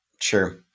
Sure